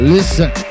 Listen